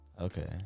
okay